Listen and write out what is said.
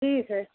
ठीक है